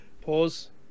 Pause